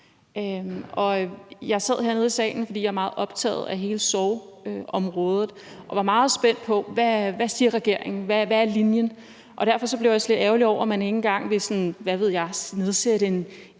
Jeg sad hernede i salen, fordi jeg er meget optaget af hele sorgområdet og var meget spændt på, hvad regeringen siger, og hvad linjen er. Derfor bliver jeg også lidt ærgerlig over, at man ikke engang vil – hvad ved